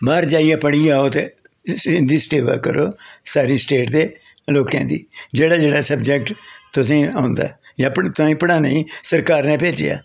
बाह्र जाइयै पढ़ियै आओ ते इंदी सेवा करो सारी स्टेट दे लोकें दी जेह्ड़ा जेह्ड़ा सब्जेक्ट तुसें ई औंदा ऐ ते पढ़ानें ई सरकार ने भेजेआ